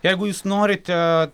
jeigu jūs norite